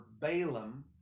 Balaam